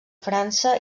frança